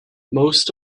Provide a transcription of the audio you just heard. most